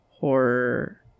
horror